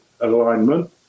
alignment